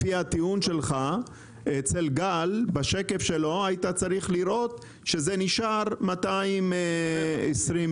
לפי הטיעון שלך אצל גל בשקף שלו היית צריך לראות שזה נשאר 220 מיליון,